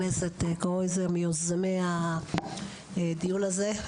חזר והצטרף אלינו חבר הכנסת קרויזר מיוזמי הדיון הזה.